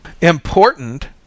Important